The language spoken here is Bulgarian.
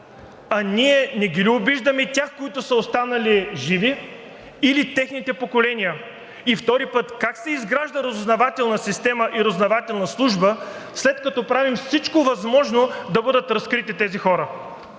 А ние не обиждаме ли тях, които са останали живи, или техните поколения? И втори път, как се изгражда разузнавателна система и разузнавателна служба, след като правим всичко възможно да бъдат разкрити тези хора?